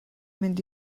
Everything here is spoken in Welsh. mynd